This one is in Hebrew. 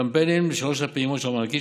קמפיינים לשלוש הפעימות של המענקים,